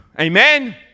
Amen